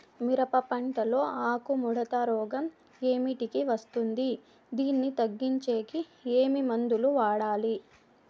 మిరప పంట లో ఆకు ముడత రోగం ఏమిటికి వస్తుంది, దీన్ని తగ్గించేకి ఏమి మందులు వాడాలి?